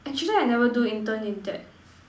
actually I never do intern in that